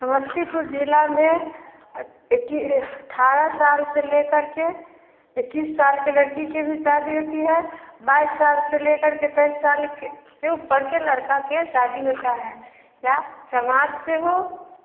समस्तीपुर ज़िला में अठ्ठारह साल से लेकर के इक्कीस साल की लड़की के भी शादी होती है बाइस साल से लेकर तेइस साल के से ऊपर के लड़का के शादी होता है क्या समाज से हो